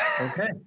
okay